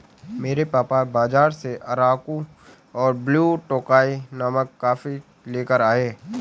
मेरे पापा बाजार से अराकु और ब्लू टोकाई नामक कॉफी लेकर आए